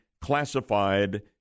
classified